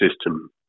system